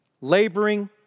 Laboring